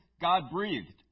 God-breathed